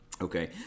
Okay